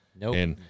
Nope